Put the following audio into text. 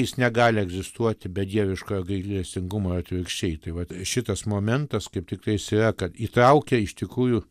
jis negali egzistuoti be dieviškojo gailestingumo ir tvirkščiai tai vat šitas momentas kaip tiktais yra kad įtraukia iš tikrųjų